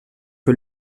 que